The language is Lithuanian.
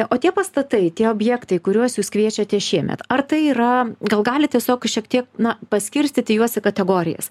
o tie pastatai tie objektai kuriuos jūs kviečiate šiemet ar tai yra gal galit tiesiog šiek tiek na paskirstyti juos į kategorijas